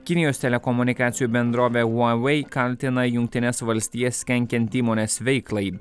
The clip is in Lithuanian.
kinijos telekomunikacijų bendrovė huawei kaltina jungtines valstijas kenkiant įmonės veiklai